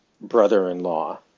brother-in-law